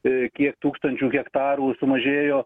i kiek tūkstančių hektarų sumažėjo